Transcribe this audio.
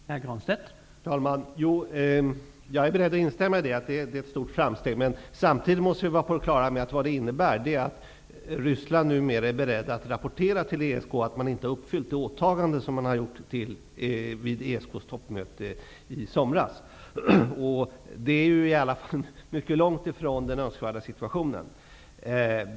Herr talman! Jag är beredd att instämma i att det är ett stort framsteg. Samtidigt måste vi vara på det klara med att det innebär att Ryssland numera är berett att rapportera till ESK att man inte har uppfyllt de åtaganden som man gjorde vid ESK:s toppmöte i somras. Det är mycket långt ifrån den önskvärda situationen.